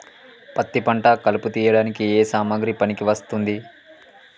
పత్తి పంట కలుపు తీయడానికి ఏ సామాగ్రి పనికి వస్తుంది?